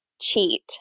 cheat